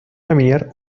familiar